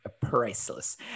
priceless